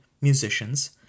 musicians